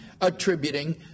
attributing